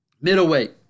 Middleweight